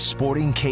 Sporting